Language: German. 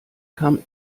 kam